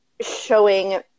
showing